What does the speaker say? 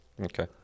Okay